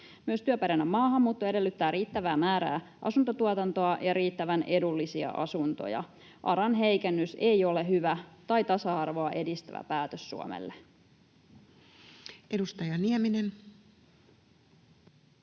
Myös työperäinen maahanmuutto edellyttää riittävää määrää asuntotuotantoa ja riittävän edullisia asuntoja. ARAn heikennys ei ole hyvä tai tasa-arvoa edistävä päätös Suomelle. Edustaja Nieminen.